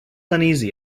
uneasy